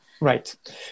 Right